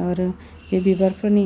आरो बे बिबारफोरनि